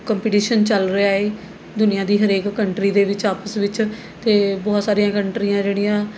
competition ਚੱਲ ਰਿਹਾ ਏ ਦੁਨੀਆਂ ਦੀ ਹਰੇਕ ਕੰਨਟਰੀ ਦੇ ਵਿੱਚ ਆਪਸ ਵਿੱਚ ਅਤੇ ਬਹੁਤ ਸਾਰੀਆਂ ਕੰਨਟਰੀਆਂ ਜਿਹੜੀਆਂ